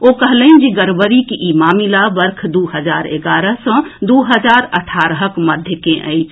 ओ कहलनि जे गड़बड़ीक ई मामिला वर्ष दू हजार एगारह सँ दू हजार अठारहक मध्यक अछि